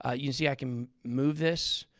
ah you see i can move this.